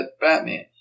Batman